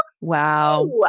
wow